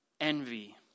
envy